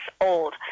old